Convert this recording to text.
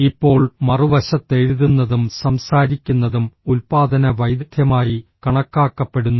ഇപ്പോൾ മറുവശത്ത് എഴുതുന്നതും സംസാരിക്കുന്നതും ഉൽപ്പാദന വൈദഗ്ധ്യമായി കണക്കാക്കപ്പെടുന്നു